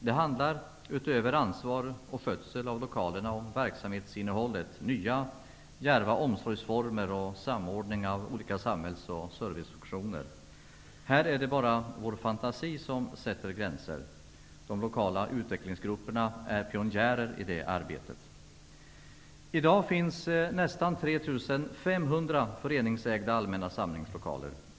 Det handlar utöver ansvar och skötsel av lokalerna om verksamhetsinnehållet, nya djärva omsorgsformer och samordning av olika samhälls och servicefunktioner. Här är det bara vår fantasi som sätter gränser. De lokala utvecklingsgrupperna är pionjärer i det arbetet. I dag finns det nästan 3 500 föreningsägda allmänna samlingslokaler.